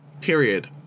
period